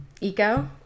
Eco